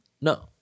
No